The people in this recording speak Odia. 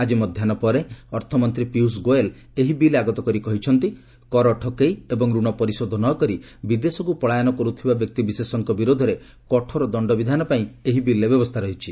ଆଜି ମଧ୍ୟାହୁ ପରେ ଅର୍ଥମନ୍ତ୍ରୀ ପିୟୁଷ ଗୋଏଲ୍ ଏହି ବିଲ୍ ଆଗତ କରି କହିଛନ୍ତି କର ଠକେଇ ଏବଂ ଋଣ ପରିଶୋଧ ନ କରି ବିଦେଶକ୍ତ ପଳାୟନ କର୍ତ୍ତବା ବ୍ୟକ୍ତିବିଶେଷଙ୍କ ବିରୋଧରେ କଠୋର ଦଶ୍ଚବିଧାନ ପାଇଁ ଏହି ବିଲ୍ରେ ବ୍ୟବସ୍ଥା ରହିଛି